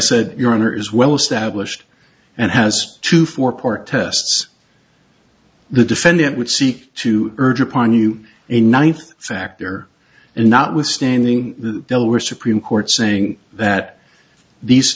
said your honor is well established and has two four part test the defendant would seek to urge upon you a ninth factor and notwithstanding the delaware supreme court saying that these